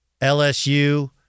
LSU